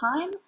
time